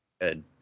Good